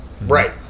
Right